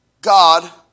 God